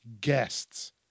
guests